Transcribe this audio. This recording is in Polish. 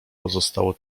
pozostało